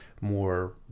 more